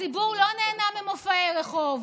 הציבור לא נהנה ממופעי רחוב.